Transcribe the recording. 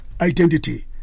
identity